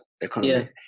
economy